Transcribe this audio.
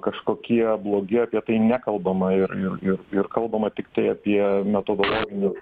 kažkokie blogi apie tai nekalbama ir ir ir ir kalbama tiktai apie metodologinius